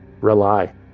Rely